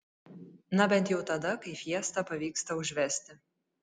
na bent jau tada kai fiesta pavyksta užvesti